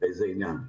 איזה עניין?